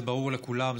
זה ברור לכולם,